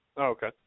okay